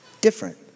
different